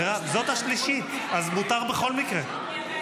אז מותר בכל מקרה.